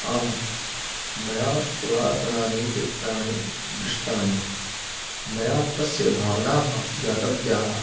आं मया पुरातनानि चित्राणि दृष्टानि मया तस्य भावनाः ज्ञातव्याः